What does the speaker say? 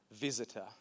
visitor